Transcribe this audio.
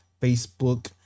Facebook